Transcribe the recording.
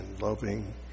loving